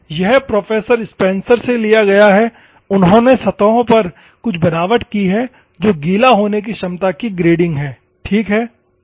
यह professor Spencer से लिया गया है उन्होंने सतहों पर कुछ बनावट की है जो गीला होने की क्षमता की ग्रेडिंग है ठीक है